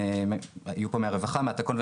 מורכבות גם